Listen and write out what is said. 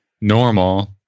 normal